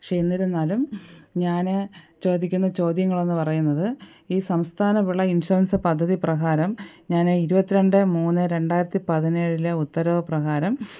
പക്ഷേ എന്നിരുന്നാലും ഞാൻ ചോദിക്കുന്ന ചോദ്യങ്ങളെന്ന് പറയുന്നത് ഈ സംസ്ഥാന വിള ഇൻഷുറൻസ് പദ്ധതി പ്രകാരം ഞാൻ ഇരുപത്തിരണ്ട് മൂന്ന് രണ്ടായിരത്തിപ്പതിനേഴിലെ ഉത്തരവ് പ്രകാരം